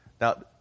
Now